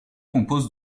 compose